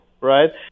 right